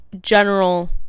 general